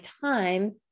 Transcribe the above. time